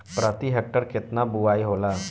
प्रति हेक्टेयर केतना बुआई होला?